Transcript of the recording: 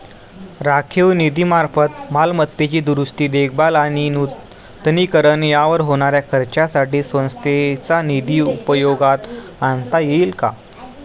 राखीव निधीमार्फत मालमत्तेची दुरुस्ती, देखभाल आणि नूतनीकरण यावर होणाऱ्या खर्चासाठी संस्थेचा निधी उपयोगात आणता येईल का?